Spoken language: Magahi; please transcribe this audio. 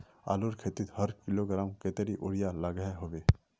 आलूर खेतीत हर किलोग्राम कतेरी यूरिया लागोहो होबे?